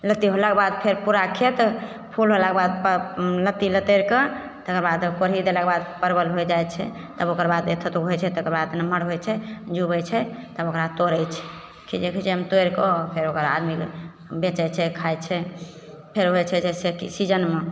लत्ती होलाके बाद फेर पूरा खेत फूल होलाकऽ बाद लती लतरि कऽ तेकरबाद कोढ़ी देलाकऽ बाद परबल होइ जाइत छै तब ओकरबाद ई खतम होइत छै ताहिके बाद नमहर होइत छै जीबैत छै तब ओकरा तोड़ैत छियै फेर जेभी जब तोड़िकऽ फेर ओकरा आदमीके बेचैत छै खाइ छै फेर होइत छै जैसे कि सीजनमे